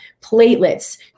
platelets